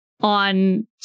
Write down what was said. on